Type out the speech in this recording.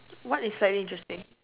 what is slightly interesting